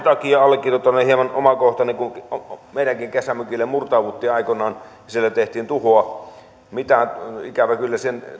takia allekirjoittaneelle hieman omakohtainen kun meidänkin kesämökillemme murtauduttiin aikoinaan ja siellä tehtiin tuhoa ikävä kyllä